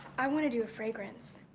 i wanna do a fragrance.